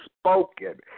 spoken